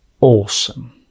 awesome